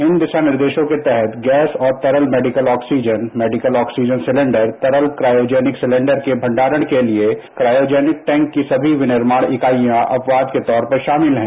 इन दिशा निर्देशों के तहत गैस और तरल medical oxygen medical oxygen cylinder तरल क्रायोजनिक सिलेंडर के भंडारन के लिए क्रायोजनिक टैंक की समी विनिर्माण इकाइयां अपवाद के तौर पर शामिल हैं